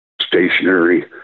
stationary